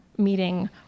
meeting